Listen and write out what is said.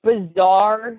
bizarre